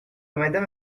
madame